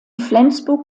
flensburg